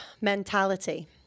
mentality